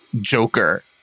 Joker